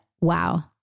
Wow